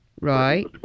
Right